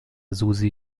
susi